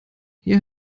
hier